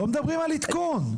לא מדברים על עדכון.